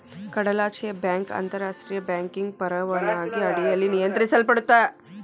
ಕಡಲಾಚೆಯ ಬ್ಯಾಂಕ್ ಅಂತಾರಾಷ್ಟ್ರಿಯ ಬ್ಯಾಂಕಿಂಗ್ ಪರವಾನಗಿ ಅಡಿಯಲ್ಲಿ ನಿಯಂತ್ರಿಸಲ್ಪಡತ್ತಾ